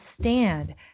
stand